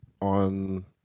on